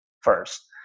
first